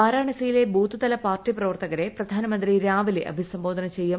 വരാണസിയിലെ ബൂത്ത്തല പാർട്ടി പ്രവർത്തകരെ പ്രധാനമന്ത്രി രാവിലെ അഭിസംബോധന ചെയ്യും